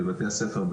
בבתי הספר,